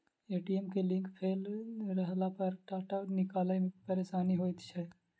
ATM के link fail रहलापर टाका निकालै मे परेशानी होइत छै